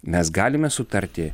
mes galime sutarti